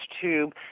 tube